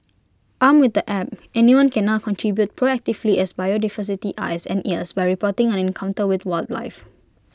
armed with the app anyone can now contribute proactively as bio diversity's eyes and ears by reporting an encounter with wildlife